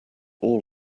all